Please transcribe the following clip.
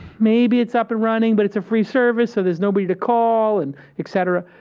maybe it's up and running, but it's a free service, so there is nobody to call, and et cetera.